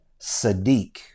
sadiq